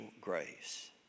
grace